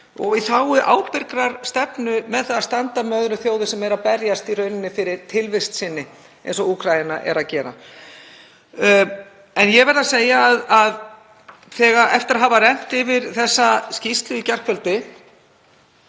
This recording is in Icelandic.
og í þágu ábyrgrar stefnu með því að standa með öðrum þjóðum sem eru að berjast fyrir tilvist sinni eins og Úkraína er að gera. En ég verð að segja eftir að hafa rennt yfir þessa skýrslu í gærkvöldi